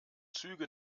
züge